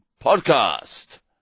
podcast